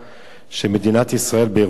של מדינת ישראל באירופה,